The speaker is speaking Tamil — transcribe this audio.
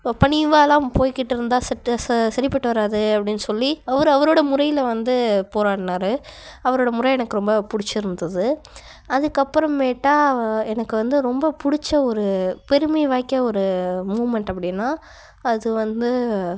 பணிவாகலாம் போய்கிட்டுருந்தால் சரிப்பட்டு வராது அப்படின்னு சொல்லி அவர் அவரோடய முறையில் வந்து போராடினாரு அவரோடய முறை எனக்கு ரொம்ப பிடிச்சிருந்துது அதுக்கப்புறமேட்டா எனக்கு வந்து ரொம்ப பிடிச்ச ஒரு பெருமை வாய்க்க ஒரு மூமெண்ட் அப்படின்னா அது வந்து